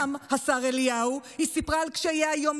העם המדהים שלנו